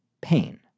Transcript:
pain